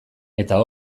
eta